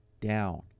down